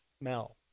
smell